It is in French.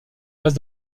passe